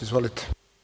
Izvolite.